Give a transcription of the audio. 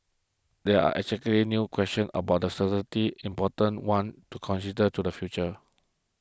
they are exactly new questions about the certainty important ones to consider to the future